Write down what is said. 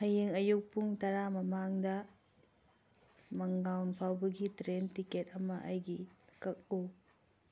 ꯍꯌꯦꯡ ꯑꯌꯨꯛ ꯄꯨꯡ ꯇꯔꯥ ꯃꯃꯥꯡꯗ ꯐꯥꯎꯕꯒꯤ ꯇ꯭ꯔꯦꯟ ꯇꯤꯀꯦꯠ ꯑꯃ ꯑꯩꯒꯤ ꯀꯛꯎ